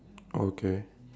okay